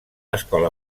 escola